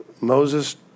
Moses